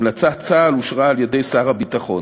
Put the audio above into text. המלצת צה"ל אושרה על-ידי שר הביטחון.